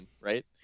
Right